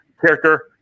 character